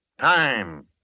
Time